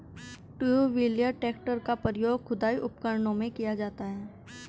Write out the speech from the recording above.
to wheeler tractor का प्रयोग खुदाई उपकरणों में किया जाता हैं